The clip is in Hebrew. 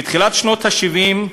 בתחילת שנות ה-70,